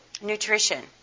Nutrition